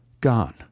Gone